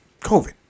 COVID